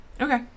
okay